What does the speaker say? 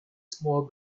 small